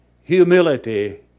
humility